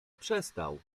przestał